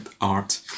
art